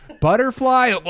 Butterfly